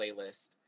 playlist